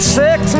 six